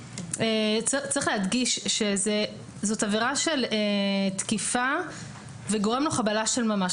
צריך להדגיש שזו עבירה של תקיפה וגורם לו חבלה של ממש.